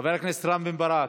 חבר הכנסת רם בן ברק,